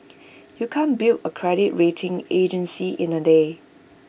you can't build A credit rating agency in A day